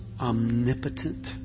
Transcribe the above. omnipotent